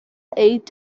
eight